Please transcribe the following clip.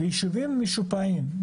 ביישובים משופעים,